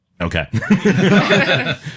Okay